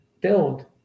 build